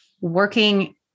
working